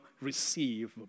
receive